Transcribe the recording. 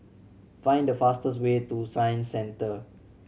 find the fastest way to Science Centre